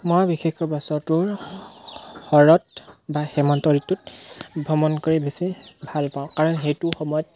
মই বিশেষকৈ বছৰটোৰ শৰৎ বা হেমন্ত ঋতুত ভ্ৰমণ কৰি বেছি ভাল পাওঁ কাৰণ সেইটো সময়ত